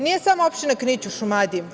Nije samo opština Knić u Šumadiji.